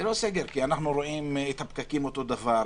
זה לא סגר, כי אנחנו רואים שהפקקים הם אותו הדבר.